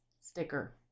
sticker